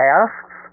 asks